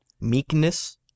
Meekness